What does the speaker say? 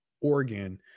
Oregon